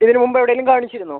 ഇതിന് മുൻപ് എവിടേലും കാണിച്ചിരുന്നോ